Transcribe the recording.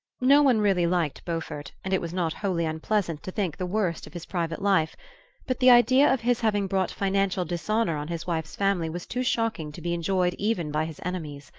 no one really liked beaufort, and it was not wholly unpleasant to think the worst of his private life but the idea of his having brought financial dishonour on his wife's family was too shocking to be enjoyed even by his enemies.